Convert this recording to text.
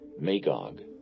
Magog